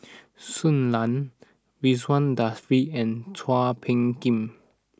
Shui Lan Ridzwan Dzafir and Chua Phung Kim